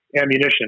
ammunition